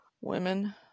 women